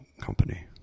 company